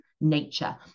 nature